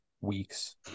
weeks